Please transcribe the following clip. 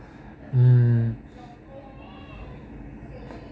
um